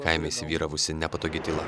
kaime įsivyravusi nepatogi tyla